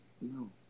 No